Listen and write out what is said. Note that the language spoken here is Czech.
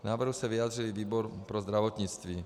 K návrhu se vyjádřil i výbor pro zdravotnictví.